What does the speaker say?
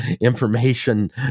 information